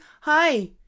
hi